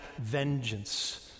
vengeance